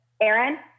Aaron